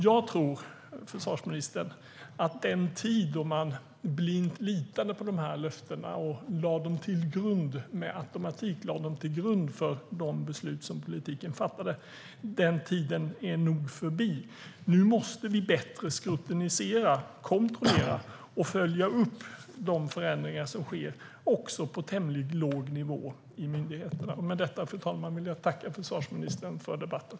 Jag tror, försvarsministern, att den tid då man blint litade på löftena och med automatik lade dem till grund för de beslut som politiken fattade nog är förbi. Nu måste vi bättre "skrutinisera", kontrollera och följa upp de förändringar som sker också på tämligen låg nivå i myndigheterna. Fru talman! Med detta vill jag tacka försvarsministern för debatten.